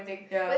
yeah